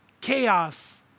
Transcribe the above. chaos